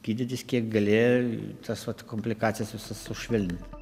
gydytis kiek gali tas vat komplikacijas visas sušvelninti